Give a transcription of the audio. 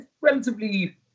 relatively